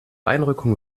einrückung